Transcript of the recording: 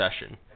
session